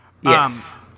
Yes